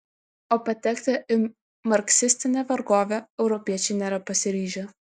o patekti į marksistinę vergovę europiečiai nėra pasiryžę